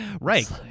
Right